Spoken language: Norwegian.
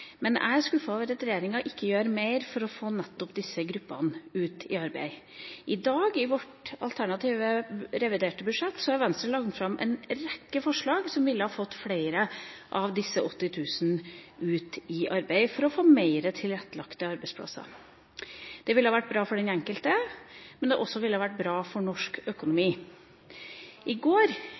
men jeg er skuffet over at regjeringa ikke gjør mer for å få nettopp disse gruppene ut i arbeid. I dag, i vårt alternative reviderte budsjett, har Venstre lagt fram en rekke forslag om mer tilrettelagte arbeidsplasser som ville ha fått flere av disse 80 000 ut i arbeid . Det ville ha vært bra for den enkelte, men det er også bra for norsk økonomi. I går